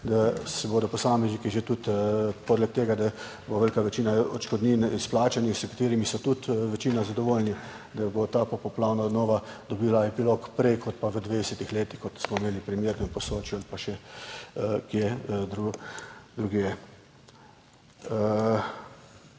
da se bodo posamezniki že tudi poleg tega, da bo velika večina odškodnin izplačanih, s katerimi so tudi večina zadovoljni, da bo ta popoplavna obnova dobila epilog prej kot pa v 20 letih, kot smo imeli primer v Posočju ali pa še kje drugje.